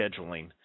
scheduling